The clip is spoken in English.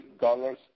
dollars